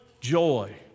joy